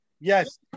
yes